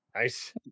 Nice